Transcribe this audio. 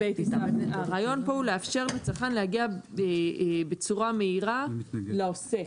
הרעיון כאן הוא לאפשר לצרכן להגיע בצורה מהירה לעוסק.